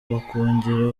bakongera